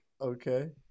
Okay